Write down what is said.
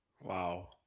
Wow